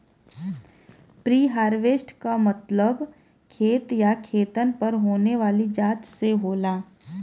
preharvest क मतलब खेत या खेतन पर होने वाली जांच से होला